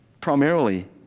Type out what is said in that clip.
primarily